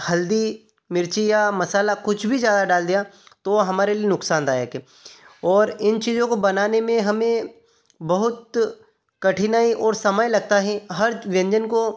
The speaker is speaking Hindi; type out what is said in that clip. हल्दी मिर्ची या मसाला कुछ भी ज़्यादा डाल दिया तो वो हमारे लिए नुकसानदायक है और इन चीज़ों को बनाने में हमें बहुत कठिनाई और समय लगता है हर व्यंजन को